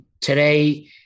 Today